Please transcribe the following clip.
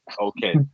Okay